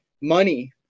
money